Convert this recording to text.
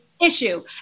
issue